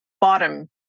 bottom